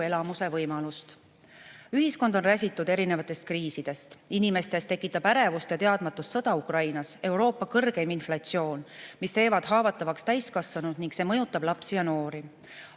eduelamuse võimalust. Ühiskond on räsitud erinevatest kriisidest. Inimestes tekitvad ärevust ja teadmatust sõda Ukrainas ja Euroopa kõrgeim inflatsioon, mis teevad haavatavaks täiskasvanud, ning see kõik mõjutab lapsi ja noori.